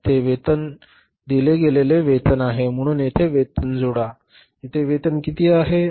ते दिले गेलेले वेतन आहे म्हणून येथे वेतन जोडा येथे वेतन किती आहे